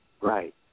Right